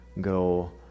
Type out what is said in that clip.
Go